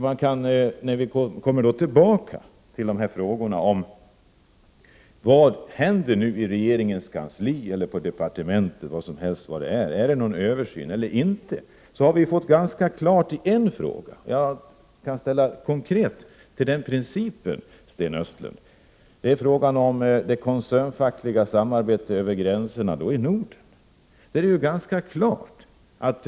Jag kommer tillbaka till frågorna: Vad händer egentligen i regeringens kansli eller i departementet? Arbetar man med en översyn, eller gör man det inte? På en fråga har vi fått ganska klart besked, nämligen den om det koncernfackliga samlararbetet över gränserna och i Norden.